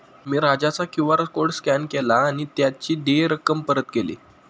मी राजाचा QR code scan केला आणि त्याची देय रक्कम परत केली